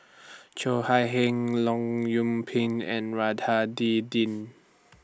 Cheo Chai Hiang Leong Yoon Pin and Din